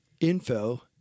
info